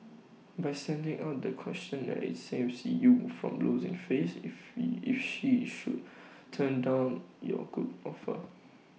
by sending out the questionnaire saves you from losing face if you if she should turn down your good offer